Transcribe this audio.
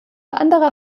andere